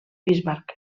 bismarck